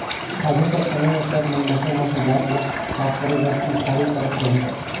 आघु कर समे मे सब मइनसे मन दात ल साफ करे बर मुखारी करत रहिन